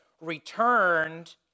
returned